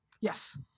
Yes